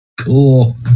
Cool